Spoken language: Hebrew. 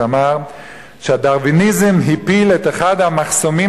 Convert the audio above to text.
שאמר: "הדרוויניזם הפיל את אחד המחסומים